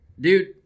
dude